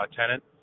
tenant